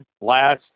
last